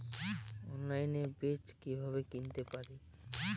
অনলাইনে বীজ কীভাবে কিনতে পারি?